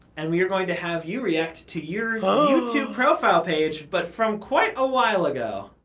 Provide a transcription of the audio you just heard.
and we are going to have you react to your youtube profile page. but from quite a while ago.